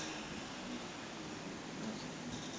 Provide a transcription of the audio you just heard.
okay